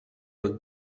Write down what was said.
man